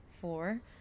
four